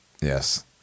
Yes